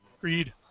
Read